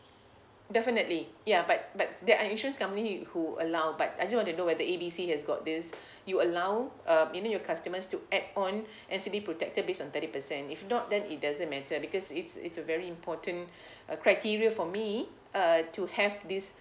definitely ya but but there are insurance company who allow but I just want to know whether A B C has got this you allow um you know your customers to add on N_C_D protector based on thirty percent if not then it doesn't matter because it's it's a very important uh criteria for me uh to have this